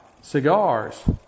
cigars